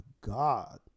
god